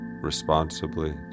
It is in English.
responsibly